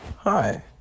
Hi